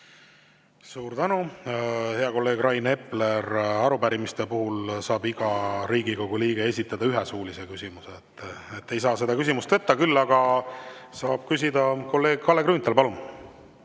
Suur tänu! Hea kolleeg Rain Epler, arupärimiste puhul saab iga Riigikogu liige esitada ühe suulise küsimuse, nii et ma ei saa seda küsimust võtta. Küll aga saab küsida kolleeg Kalle Grünthal. Palun!